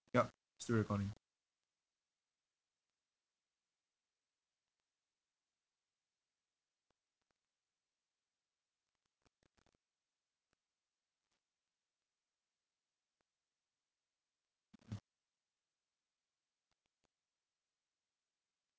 yup still recording